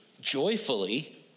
joyfully